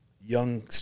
young